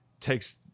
takes